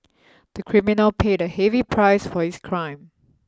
the criminal paid a heavy price for his crime